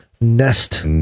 nest